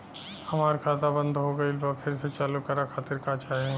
हमार खाता बंद हो गइल बा फिर से चालू करा खातिर का चाही?